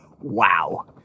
Wow